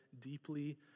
deeply